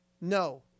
no